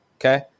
okay